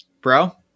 Bro